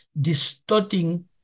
distorting